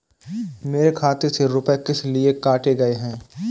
मेरे खाते से रुपय किस लिए काटे गए हैं?